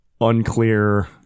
Unclear